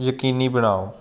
ਯਕੀਨੀ ਬਣਾਓ